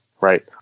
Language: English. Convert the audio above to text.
right